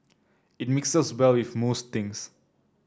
it mixes well with most things